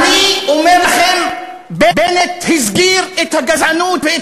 אני אומר לכם: בנט הסגיר את הגזענות ואת